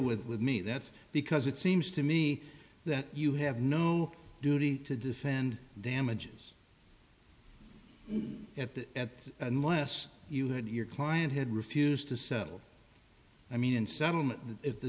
with with me that's because it seems to me that you have no duty to defend damages at the at unless you had your client had refused to settle i mean in settlement if the